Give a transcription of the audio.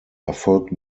erfolgt